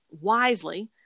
wisely